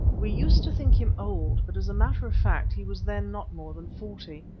we used to think him old, but as a matter of fact he was then not more than forty.